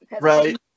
right